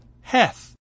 Heth